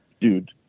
dude